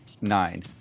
nine